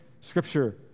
Scripture